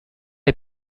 est